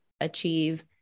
achieve